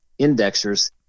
indexers